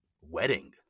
wedding